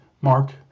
mark